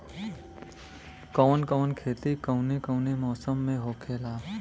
कवन कवन खेती कउने कउने मौसम में होखेला?